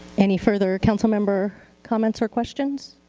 any further councilmember comments or questions?